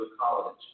college